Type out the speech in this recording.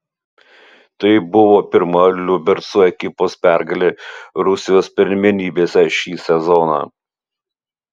tai buvo pirma liubercų ekipos pergalė rusijos pirmenybėse šį sezoną